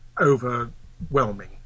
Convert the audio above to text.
overwhelming